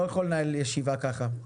אני לא יכול לנהל ישיבה ככה.